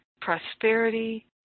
prosperity